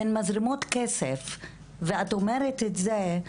והן מזרימות כסף ואת אומרת את זה.